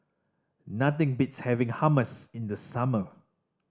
nothing beats having Hummus in the summer